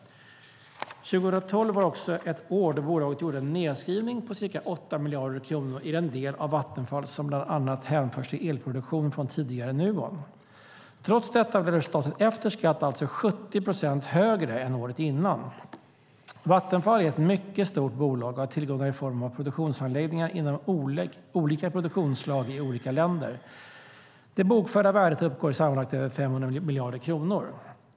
År 2012 var också ett år då bolaget gjorde en nedskrivning på ca 8 miljarder kronor i den del av Vattenfall som bland annat hänförs till elproduktion från tidigare Nuon. Trots detta blev resultatet efter skatt alltså 70 procent högre än året innan. Vattenfall är ett mycket stort bolag och har tillgångar i form av produktionsanläggningar inom olika produktionsslag i olika länder. Det bokförda värdet uppgår sammanlagt till över 500 miljarder kronor.